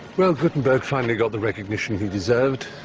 well, gutenberg finally got the recognition he deserved.